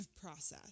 process